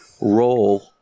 roll